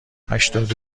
هشتاد